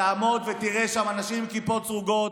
תעמוד ותראה שם אנשים עם כיפות סרוגות,